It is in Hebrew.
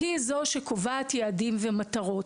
היא זאת שקובעת יעדים ומטרות.